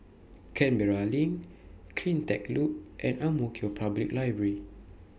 Canberra LINK CleanTech Loop and Ang Mo Kio Public Library